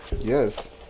Yes